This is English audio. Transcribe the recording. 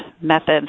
methods